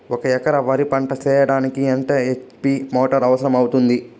ఒక ఎకరా వరి పంట చెయ్యడానికి ఎంత హెచ్.పి మోటారు అవసరం అవుతుంది?